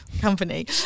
company